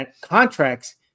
contracts